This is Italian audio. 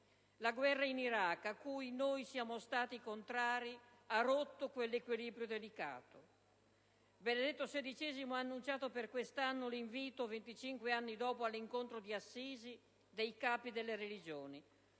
La guerra in Iraq a cui noi siamo stati contrari ha rotto quell'equilibrio delicato. Benedetto XVI ha annunciato per quest'anno l'invito, 25 anni dopo l'incontro di Assisi, di capi delle religioni.